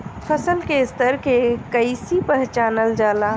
फसल के स्तर के कइसी पहचानल जाला